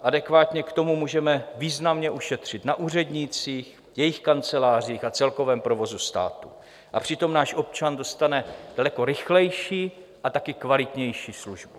Adekvátně k tomu můžeme významně ušetřit na úřednících, jejich kancelářích a celkovém provozu státu, a přitom náš občan dostane daleko rychlejší a taky kvalitnější služby.